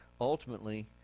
Ultimately